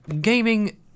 gaming